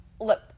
look